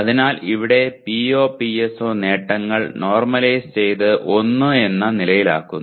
അതിനാൽ ഇവിടെ POPSO നേട്ടങ്ങൾ നോർമലൈസ് ചെയ്ത് 1 എന്ന നിലയിലാക്കുന്നു